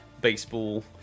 baseball